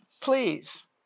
please